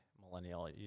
millennial